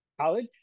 college